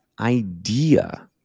idea